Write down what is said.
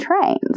trains